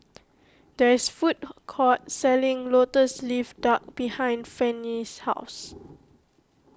there is a food court selling Lotus Leaf Duck behind Fannye's house